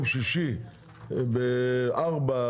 והן פעילות רק ביום שישי בארבע,